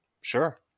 sure